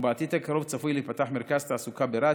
ובעתיד הקרוב צפוי להיפתח מרכז תעסוקה ברהט,